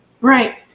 Right